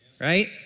right